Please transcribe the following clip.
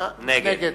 נגד